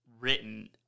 Written